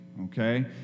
okay